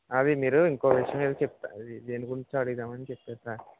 అది మీరు ఇంకో విషయం దేని గురించో అడుగుదామని చెప్పారు సార్